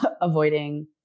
avoiding